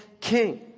king